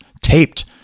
taped